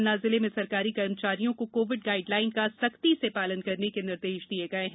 पन्ना जिले में सरकारी कर्मचारियों को कोविड गाइड लाइन का सख्ती से पालन करने के निर्देश दिए है